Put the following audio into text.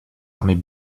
armées